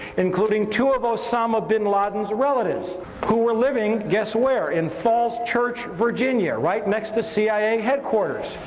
including two of osama bin laden's relatives who were living, guess where. in falls church, virginia right next to cia headquarters.